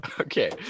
Okay